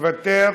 מוותר,